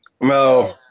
No